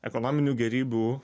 ekonominių gėrybių